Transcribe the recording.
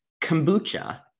kombucha